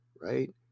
right